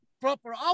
proper